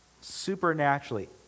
supernaturally